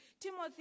Timothy